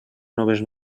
noves